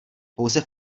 pouze